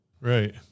Right